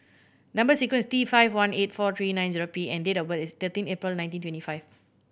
number sequence is T five one eight four three nine zero P and date of birth is thirteen April nineteen twenty five